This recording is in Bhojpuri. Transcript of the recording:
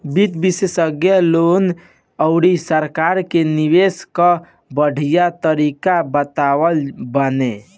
वित्त विशेषज्ञ लोगन अउरी सरकार के निवेश कअ बढ़िया तरीका बतावत बाने